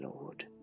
Lord